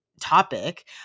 topic